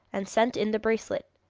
and sent in the bracelet,